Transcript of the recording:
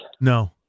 No